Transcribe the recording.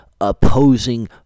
opposing